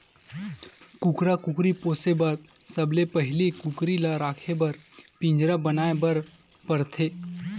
कुकरा कुकरी पोसे बर सबले पहिली कुकरी ल राखे बर पिंजरा बनाए बर परथे